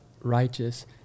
righteous